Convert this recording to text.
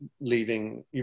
leaving